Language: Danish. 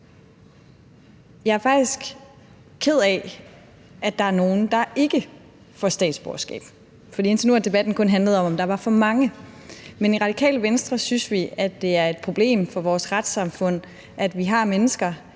Jeg er faktisk ked af, at der er nogle, der ikke får statsborgerskab, for indtil nu har debatten kun handlet om, at der var for mange. Men i Radikale Venstre synes vi, at det er et problem for vores retssamfund, at vi har mennesker,